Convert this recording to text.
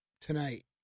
tonight